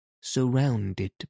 surrounded